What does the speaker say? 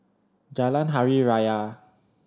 Jalan Hari Raya